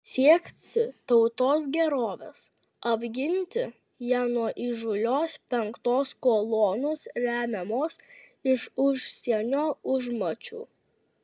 siekti tautos gerovės apginti ją nuo įžūlios penktos kolonos remiamos iš užsienio užmačių